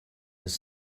his